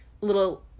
little